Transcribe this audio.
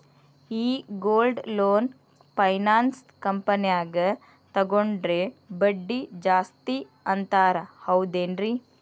ಈ gold loan finance ಕಂಪನ್ಯಾಗ ತಗೊಂಡ್ರೆ ಬಡ್ಡಿ ಜಾಸ್ತಿ ಅಂತಾರ ಹೌದೇನ್ರಿ?